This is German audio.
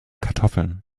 kartoffeln